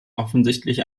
offensichtlich